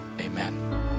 amen